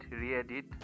re-edit